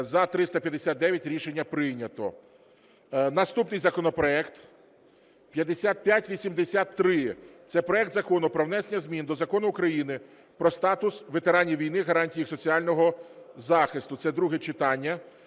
За – 359 Рішення прийнято. Наступний законопроект 5583. Це проект Закону про внесення змін до Закону України "Про статус ветеранів війни, гарантії їх соціального захисту". Це друге читання.